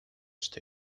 что